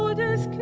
ah does